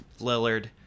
Lillard